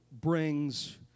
brings